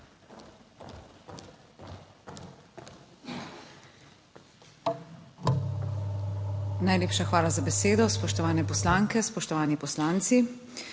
Najlepša hvala za besedo. Spoštovane poslanke, spoštovani poslanci!